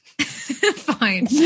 Fine